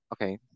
Okay